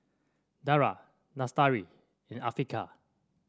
Dara Lestari and Afiqah